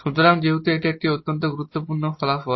সুতরাং যেহেতু এটি একটি অত্যন্ত গুরুত্বপূর্ণ ফলাফল